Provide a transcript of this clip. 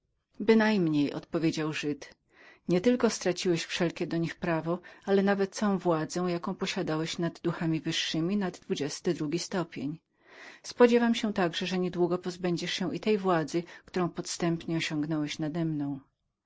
bynajmniej odpowiedział żyd nie tylko straciłeś do nich wszelkie prawo ale nawet całą władzę jaką posiadałeś nad duchami wyższemi nad dwudziesty drugi stopień spodziewam się także że niedługo pozbędziesz się i tej władzy którą podstępnie osiągnołeśosiągnąłeś nademną